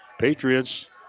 Patriots